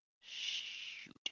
Shoot